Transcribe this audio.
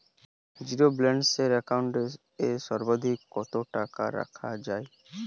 Zero balance account এ সর্বাধিক কত টাকা রাখা য়ায়?